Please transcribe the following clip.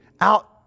out